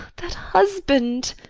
that husband!